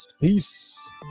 peace